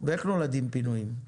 ואיך נולדים פינויים?